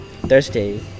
Thursday